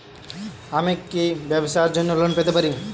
আমি কি ব্যবসার জন্য লোন পেতে পারি?